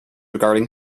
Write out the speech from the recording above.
regarding